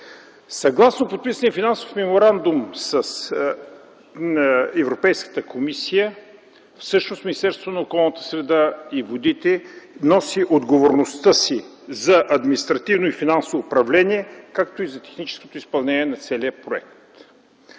Съгласно подписания финансов меморандум с Европейската комисия всъщност Министерството на околната среда и водите носи отговорността за административното и финансовото управление, както и за техническото изпълнение на целия проект.